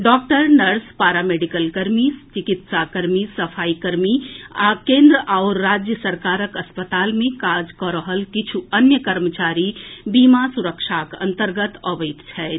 doctor nurse paramedical कर्मी चिकित्सा कर्मी सफाई कर्मी आ केन्द्र आओर राज्य सरकारक अस्पताल मे काज कऽ रहल किछु अन्य कर्मचारी बीमा सुरक्षाक अन्तर्गत अबैत छथि